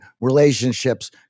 relationships